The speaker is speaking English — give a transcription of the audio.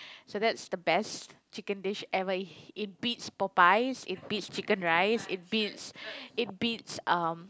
so that's the best chicken dish ever it it beats Popeyes it beats Chicken-Rice it beats it beats um